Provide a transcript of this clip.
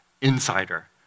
insider